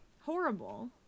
Horrible